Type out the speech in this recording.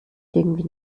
irgendwie